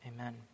Amen